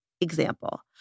example